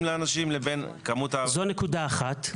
לאנשים לבין כמות ה --- זו נקודה אחת,